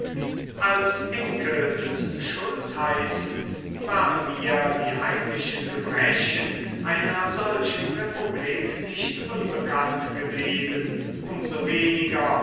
als enkel des schultheißen waren mir die heimlichen gebrechen einer solchen republik nicht unbekannt geblieben um so weniger